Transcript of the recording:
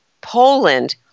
Poland